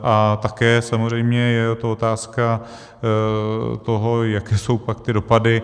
A také samozřejmě je to otázka toho, jaké jsou pak ty dopady.